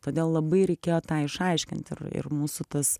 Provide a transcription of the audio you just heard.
todėl labai reikėjo tai išaiškinti ir ir mūsų tas